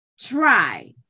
try